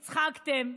הצחקתם.